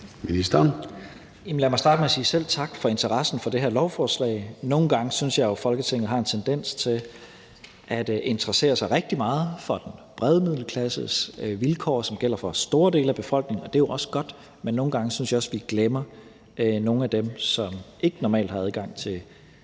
Lad mig starte med at sige selv tak for interessen for det her lovforslag. Nogle gange synes jeg jo, at Folketinget har en tendens til at interessere sig rigtig meget for den brede middelklasses vilkår, som gælder for store dele af befolkningen, og det er jo også godt, men nogle gange synes jeg også, vi glemmer nogle af dem, som normalt ikke har adgang til de